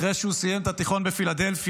אחרי שהוא סיים את התיכון בפילדלפיה,